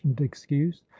excuse